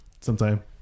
sometime